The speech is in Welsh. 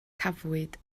cafwyd